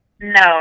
No